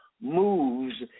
moves